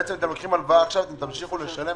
בעצם אם אתם לוקחים הלוואה עכשיו אתם תמשיכו לשלם,